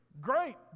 great